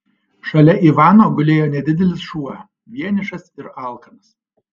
šalia ivano gulėjo nedidelis šuo vienišas ir alkanas